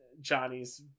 Johnny's